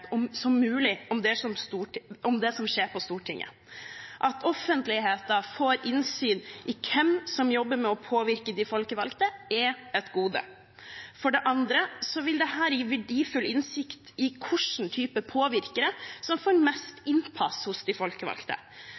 som skjer på Stortinget. At offentligheten får innsyn i hvem som jobber med å påvirke de folkevalgte, er et gode. For det andre vil dette gi verdifull innsikt i hvilken type påvirkere som får mest innpass hos de folkevalgte.